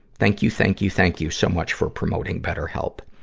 thank you, thank you, thank you so much for promoting betterhelp!